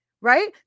right